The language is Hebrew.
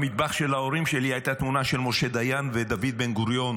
במטבח של ההורים שלי הייתה תמונה של משה דיין ודוד בן גוריון,